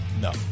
no